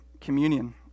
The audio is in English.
Communion